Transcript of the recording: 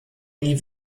nie